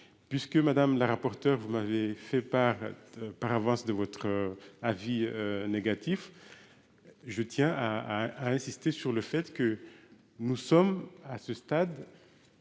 puisque Madame la rapporteure. Vous m'avez fait par. Par avance de votre avis. Négatif. Je tiens à a insisté sur le fait que nous sommes à ce stade.